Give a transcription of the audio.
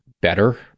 better